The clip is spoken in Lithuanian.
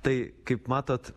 tai kaip matot